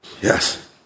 yes